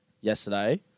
yesterday